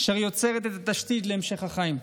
אשר יוצרת את התשתית להמשך החיים.